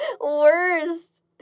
worst